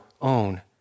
own